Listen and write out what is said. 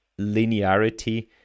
linearity